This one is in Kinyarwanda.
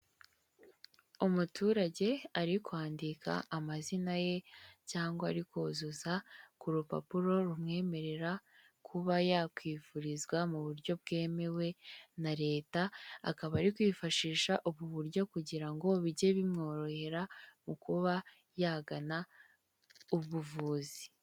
Umuturage ari kwandika amazina ye cyangwa ari kuzuza ku rupapuro rumwemerera kuba yakwivurizwa mu buryo bwemewe na Leta, akaba ari kwifashisha ubu buryo kugira ngo bijye bimworohera mu kuba yagana ubuvuzi.